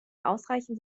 ausreichend